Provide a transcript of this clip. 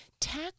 Tack